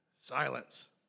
silence